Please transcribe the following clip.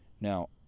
Now